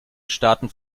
staaten